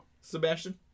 Sebastian